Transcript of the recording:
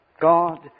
God